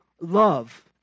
love